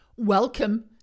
Welcome